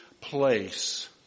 place